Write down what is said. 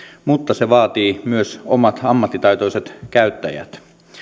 mutta se vaatii myös omat ammattitaitoiset käyttäjät